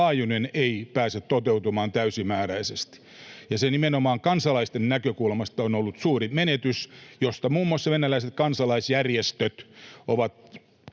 laajuinen, ei pääse toteutumaan täysimääräisesti. Se on ollut nimenomaan kansalaisten näkökulmasta suuri menetys, jonka muun muassa venäläiset kansalaisjärjestöt ovat